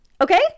Okay